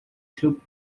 two